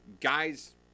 Guys